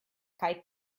kaj